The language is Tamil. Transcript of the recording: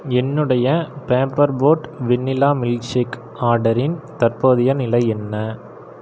என்னுடைய பேப்பர் போட் வெண்னிலா மில்க்ஷேக் ஆர்டரின் தற்போதைய நிலை என்ன